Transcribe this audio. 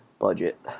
budget